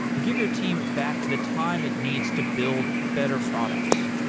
give your team back the time it needs to build better products.